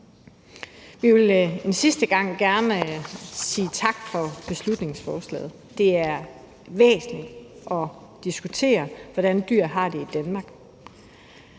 Jeg vil til sidst gerne igen sige tak for beslutningsforslaget. Det er væsentligt at diskutere, hvordan dyr har det i Danmark.